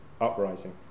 uprising